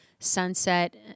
Sunset